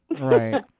right